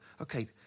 okay